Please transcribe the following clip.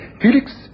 Felix